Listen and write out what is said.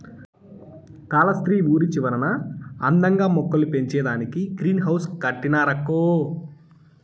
కాలస్త్రి ఊరి చివరన అందంగా మొక్కలు పెంచేదానికే గ్రీన్ హౌస్ కట్టినారక్కో